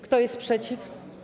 Kto jest przeciw?